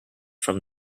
from